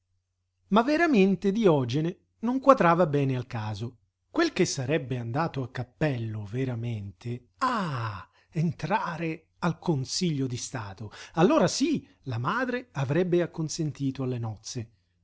ma veramente diogene non quadrava bene al caso quel che sarebbe andato a capello veramente ah entrare al consiglio di stato allora sí la madre avrebbe acconsentito alle nozze